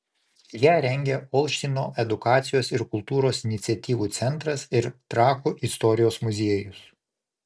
ją rengia olštyno edukacijos ir kultūros iniciatyvų centras ir trakų istorijos muziejus